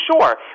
Sure